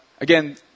Again